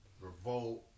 revolt